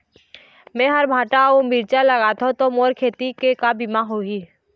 मेहर भांटा अऊ मिरचा लगाथो का मोर खेती के बीमा होही?